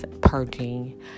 purging